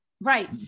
right